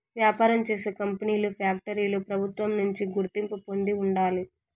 వ్యాపారం చేసే కంపెనీలు ఫ్యాక్టరీలు ప్రభుత్వం నుంచి గుర్తింపు పొంది ఉండాలి